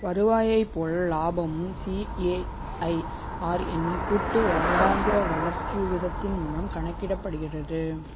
வருவாயைப்போல் லாபமும் சிஏஐஆர் என்னும் கூட்டு வருடாந்திர வளர்ச்சி விகிதத்தின் மூலம் கணக்கிடப்படுகிறது